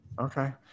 Okay